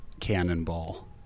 cannonball